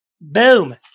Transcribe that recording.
Boom